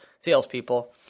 salespeople